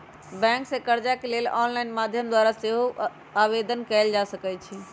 bank से कर्जा के लेल ऑनलाइन माध्यम द्वारा सेहो आवेदन कएल जा सकइ छइ